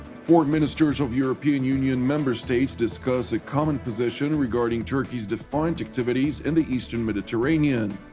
foreign ministers of european union member states discussed a common position regarding turkey's defiant activities in the eastern mediterranean.